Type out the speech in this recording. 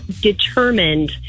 determined